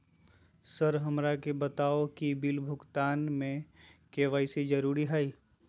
Sir हमरा के बताओ कि बिल भुगतान में के.वाई.सी जरूरी हाई?